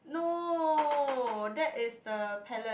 no that is the pallet